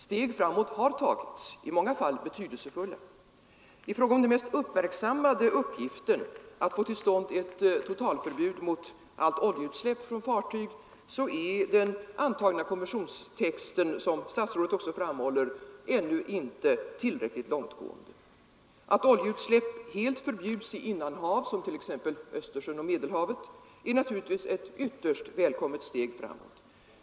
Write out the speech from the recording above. Steg framåt har tagits, i många fall betydelsefulla. I fråga om den mest uppmärksammade uppgiften — att få till stånd ett totalförbud mot allt oljeutsläpp från fartyg — är den antagna konventionstexten som statsrådet också framhåller ännu inte tillräckligt långtgående. Att oljeutsläpp helt förbjuds i innanhav som t.ex. Östersjön och Medelhavet är naturligtvis ett ytterst välkommet steg framåt.